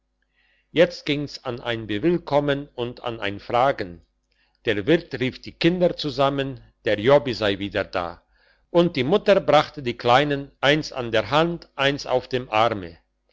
jetzt ging's an ein bewillkommen und an ein fragen der wirt rief die kinder zusammen der jobbi sei wieder da und die mutter brachte die kleinen eins an der hand eins auf dem arme